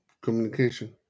Communication